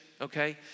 okay